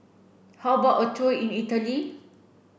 how about a tour in Italy